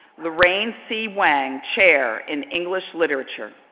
lorraine c wang, chair in english literature.